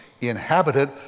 inhabited